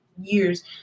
years